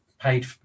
paid